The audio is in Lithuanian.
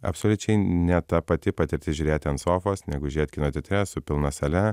absoliučiai ne ta pati patirtis žiūrėti ant sofos negu žiūrėt kino teatre su pilna sale